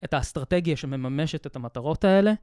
את האסטרטגיה שמממשת את המטרות האלה?